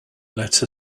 letter